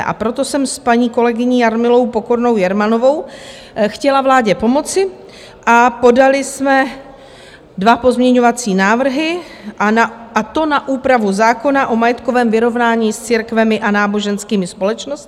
A proto jsem s paní kolegyní Jarmilou Pokornou Jermanovou chtěla vládě pomoci a podaly jsme dva pozměňovací návrhy, a to na úpravu zákona o majetkovém vyrovnání s církvemi a náboženskými společnostmi.